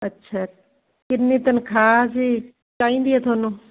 ਅੱਛਾ ਕਿੰਨੀ ਤਨਖਾਹ ਜੀ ਚਾਹੀਦੀ ਆ ਤੁਹਾਨੂੰ